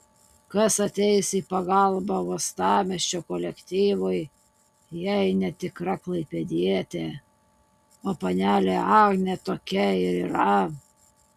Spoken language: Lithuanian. kas ateis į pagalbą uostamiesčio kolektyvui jei ne tikra klaipėdietė o panelė agnė tokia ir yra